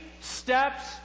steps